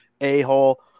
a-hole